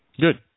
Good